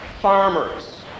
farmers